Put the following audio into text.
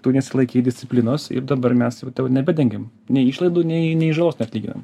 tu nesilaikei disciplinos ir dabar mes tau nebedegiam nei išlaidų nei nei žalos neatlyginam